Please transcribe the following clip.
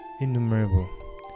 innumerable